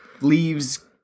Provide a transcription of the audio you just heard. leaves